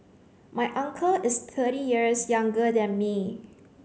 my uncle is thirty years younger than me